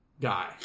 guy